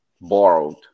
borrowed